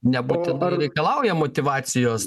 nebūtinai reikalauja motyvacijos